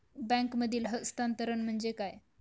बँकांमधील हस्तांतरण म्हणजे काय?